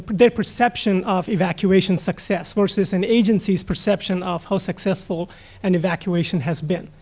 but their perception of evacuation success versus an agencies perception of how successful an evacuation has been.